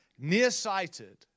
nearsighted